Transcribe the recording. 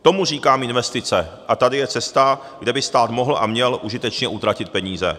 Tomu říkám investice, a tady je cesta, kde by stát mohl a měl užitečně utratit peníze.